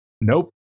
Nope